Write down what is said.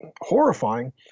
horrifying